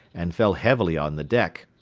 and fell heavily on the deck.